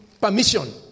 permission